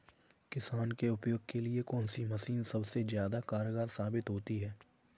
किसान के उपयोग के लिए कौन सी मशीन सबसे ज्यादा कारगर साबित होती है?